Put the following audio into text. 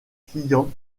client